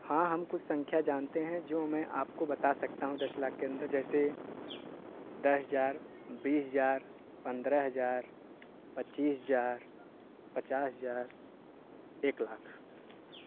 हाँ हम कुछ संख्या जानते हैं जो मैं आपको बता सकता हूँ दस लाख के अन्दर जैसे दस हज़ार बीस हज़ार पंद्रह हज़ार पचीस हज़ार पचास हज़ार एक लाख